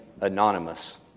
anonymous